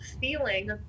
feeling